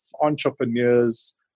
entrepreneurs